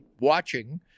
watching